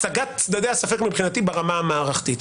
שהצגתי את צדדי הספק מבחינתי ברמה המערכתית.